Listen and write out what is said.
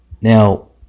Now